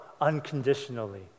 unconditionally